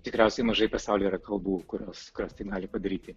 tikriausiai mažai pasaulyje yra kalbų kurios kurios tai gali padaryti